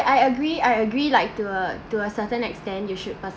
I agree I agree like to a to a certain extent you should